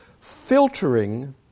filtering